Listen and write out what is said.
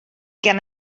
gen